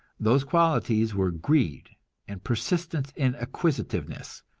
those qualities were greed and persistence in acquisitiveness,